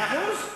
מאה אחוז.